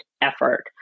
effort